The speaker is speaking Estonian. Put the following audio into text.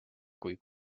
kui